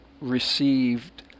received